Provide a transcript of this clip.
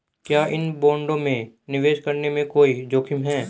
क्या इन बॉन्डों में निवेश करने में कोई जोखिम है?